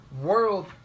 world